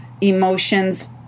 emotions